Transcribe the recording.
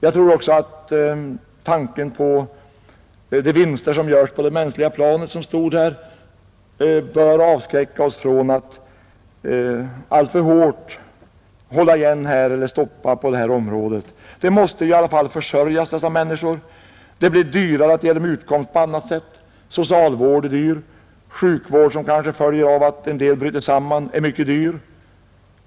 Jag tror att tanken på de vinster man gör på det mänskliga planet, och som det talas om i detta röda häfte, bör avskräcka oss från att alltför hårt hålla igen eller stoppa upp på detta område. De måste ju i alla fall försörjas, dessa människor. Det blir dyrare att ge dem utkomst på annat sätt. Socialvård är dyr, sjukvård som kanske följer av att människor bryter samman är mycket dyr.